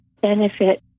benefit